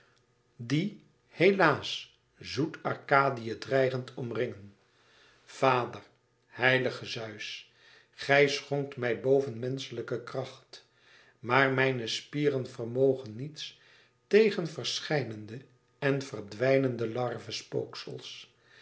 die helaas zoet arkadië dreigend omringen vader heilige zeus gij schonkt mij bovenmenschelijke kracht maar mijne spieren vermogen niets tegen verschijnende en verdwijnende larvespooksels